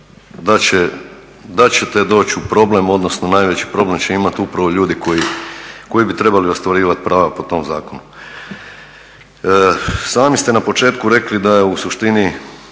da ćete doći u problem, odnosno najveći problem će imati upravo ljudi koji bi trebali ostvarivati prava po tom zakonu. Sami ste na početku rekli da je u suštini,